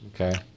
Okay